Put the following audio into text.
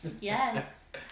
Yes